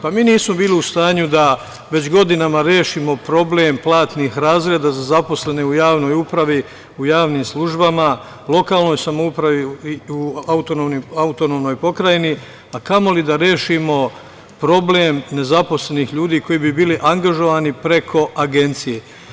Pa, mi nismo bili u stanju da već godinama rešimo problem platnih razreda za zaposlene u javnoj upravi, u javnim službama, lokalnoj samoupravi i AP, a kamoli da rešimo problem nezaposlenih ljudi koji bi bili angažovani preko agencije.